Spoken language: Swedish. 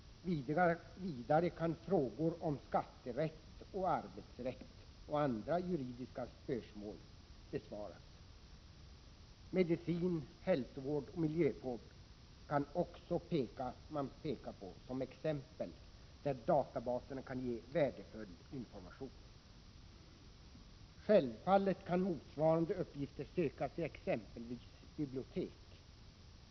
Vidare kan frågor om skatterätt och arbetsrätt samt andra juridiska spörsmål besvaras. Medicin, hälsovård och miljövård kan man också peka på som exempel där databaser kan ge värdefull information. Självfallet kan motsvarande uppgifter sökas i exempelvis bibliotek.